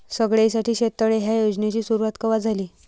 सगळ्याइसाठी शेततळे ह्या योजनेची सुरुवात कवा झाली?